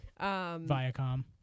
Viacom